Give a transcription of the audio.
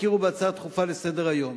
הכירו בהצעה דחופה לסדר-היום,